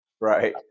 Right